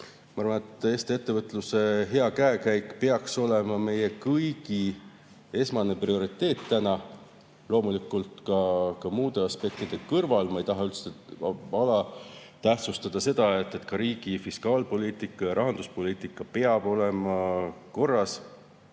Ma arvan, et Eesti ettevõtluse hea käekäik peaks olema meie kõigi esmane prioriteet, loomulikult muude aspektide kõrval. Ma ei taha üldse alatähtsustada seda, et riigi fiskaalpoliitika, rahanduspoliitika peab olema korras,